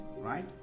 right